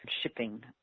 shipping